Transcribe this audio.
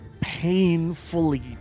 painfully